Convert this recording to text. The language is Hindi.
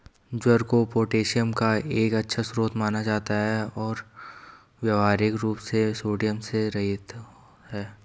ज्वार को पोटेशियम का एक अच्छा स्रोत माना जाता है और व्यावहारिक रूप से सोडियम से रहित है